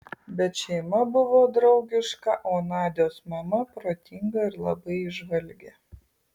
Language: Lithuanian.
bet šeima buvo draugiška o nadios mama protinga ir labai įžvalgi